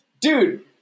dude